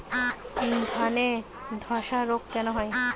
ধানে ধসা রোগ কেন হয়?